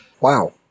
Wow